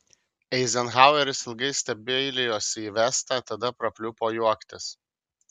eizenhaueris ilgai stebeilijosi į vestą tada prapliupo juoktis